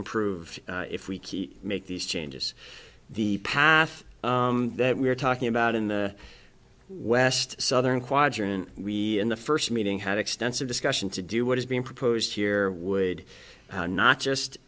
improved if we keep make these changes the path that we're talking about in the west southern quadrant we in the first meeting had extensive discussion to do what is being proposed here would not just